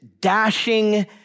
dashing